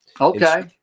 Okay